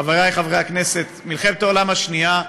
חברי חברי הכנסת: מלחמת העולם השנייה,